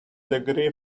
degree